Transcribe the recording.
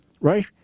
right